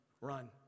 run